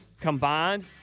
combined